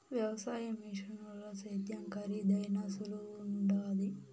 వ్యవసాయ మిషనుల సేద్యం కరీదైనా సులువుగుండాది